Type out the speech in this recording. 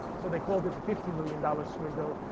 so they called it the fifty million dollar swindle.